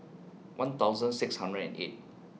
one thousand six hundred and eight